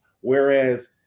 Whereas